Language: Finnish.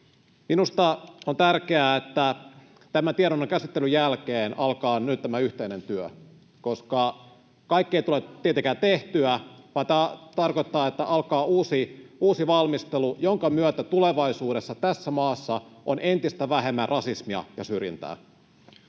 Minusta on tärkeää, että tämän tiedonannon käsittelyn jälkeen alkaa nyt tämä yhteinen työ, koska kaikki ei tule tietenkään tehtyä, vaan tämä tarkoittaa, että alkaa uusi valmistelu, jonka myötä tulevaisuudessa tässä maassa on entistä vähemmän rasismia ja syrjintää.